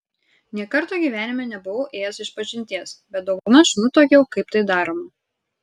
nė karto gyvenime nebuvau ėjęs išpažinties bet daugmaž nutuokiau kaip tai daroma